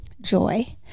joy